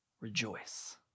rejoice